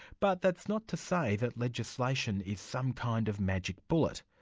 but that's not to say that legislation is some kind of magic bullet.